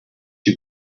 you